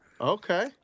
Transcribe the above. Okay